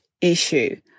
issue